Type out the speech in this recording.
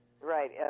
Right